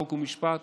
חוק ומשפט,